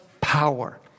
power